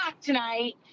tonight